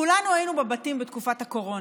כולנו היינו בבתים בתקופת הקורונה,